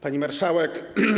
Pani Marszałek!